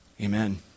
Amen